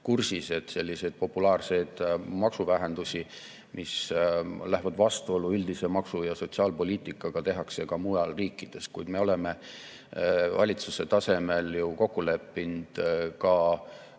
kursis, et selliseid populaarseid maksuvähendusi, mis lähevad vastuollu üldise maksu- ja sotsiaalpoliitikaga, tehakse ka mujal riikides. Kuid me oleme valitsuse tasemel ju kokku leppinud